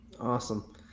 Awesome